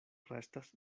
restas